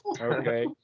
Okay